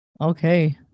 okay